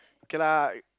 okay lah it